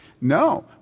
No